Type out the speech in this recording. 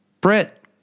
Brett